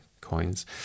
coins